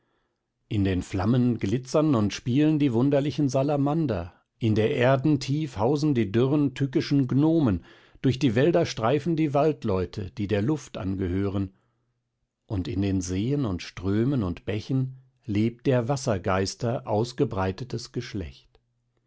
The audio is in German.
in den flammen glitzern und spielen die wunderlichen salamander in der erden tief hausen die dürren tückischen gnomen durch die wälder streifen die waldleute die der luft angehören und in den seen und strömen und bächen lebt der wassergeister ausgebreitetes geschlecht